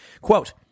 Quote